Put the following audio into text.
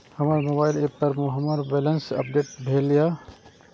हमर mobile app पर हमर बैलेंस अपडेट ने भेल या